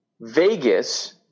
Vegas